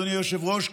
אדוני היושב-ראש,